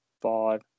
five